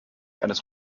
eines